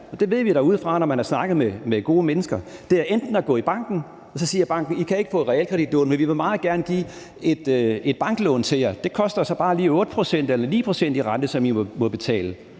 det ved vi derudefra, når man har snakket med gode mennesker, f.eks. at gå i banken, og så siger banken: I kan ikke få et realkreditlån, men vi vil meget gerne give et banklån til jer, det koster så bare lige 8 pct. eller 9 pct. i rente, som I må betale